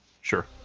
Sure